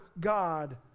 God